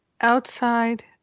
outside